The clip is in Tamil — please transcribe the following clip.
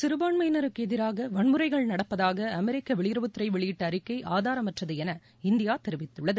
சிறுபான்மையினருக்கு எதிராக வன்முறைகள் நடப்பதாக அமெரிக்க வெளியுறவுத்துறை வெளியிட்ட அறிக்கை ஆதாரமற்றது என இந்தியா தெரிவித்துள்ளது